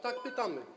Tak, pytamy.